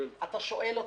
אתה שואל אותי.